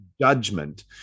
Judgment